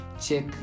check